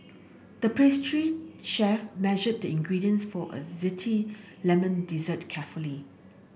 the pastry chef measured the ingredients for a zesty lemon dessert carefully